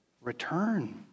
Return